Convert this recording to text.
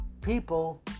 people